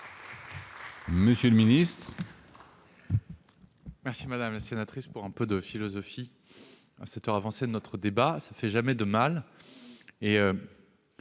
monsieur le ministre,